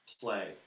play